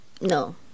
no